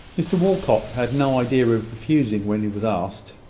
mr walcot had no idea of refusing when he was asked.